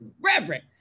Reverend